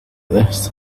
this